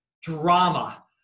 drama